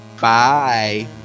Bye